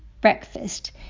breakfast